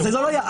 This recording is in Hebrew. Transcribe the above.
זה לא היה.